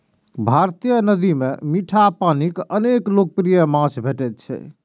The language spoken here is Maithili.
भारतीय नदी मे मीठा पानिक अनेक लोकप्रिय माछ भेटैत छैक